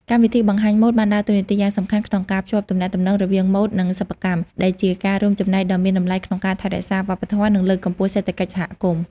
កម្មវិធីបង្ហាញម៉ូដបានដើរតួនាទីយ៉ាងសំខាន់ក្នុងការភ្ជាប់ទំនាក់ទំនងរវាងម៉ូដ និងសិប្បកម្ម ដែលជាការរួមចំណែកដ៏មានតម្លៃក្នុងការថែរក្សាវប្បធម៌ និងលើកកម្ពស់សេដ្ឋកិច្ចសហគមន៍។